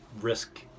risk